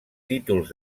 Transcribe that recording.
títols